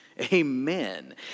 Amen